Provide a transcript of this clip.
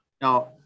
Now